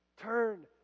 Turn